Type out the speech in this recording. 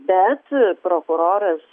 bet prokuroras